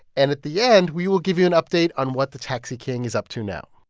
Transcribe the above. and at the end, we will give you an update on what the taxi king is up to now